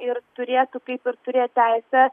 ir turėtų kaip ir turėt teisę